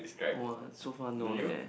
!wah! so far no leh